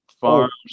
farms